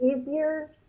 easier